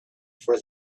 for